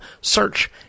Search